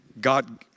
god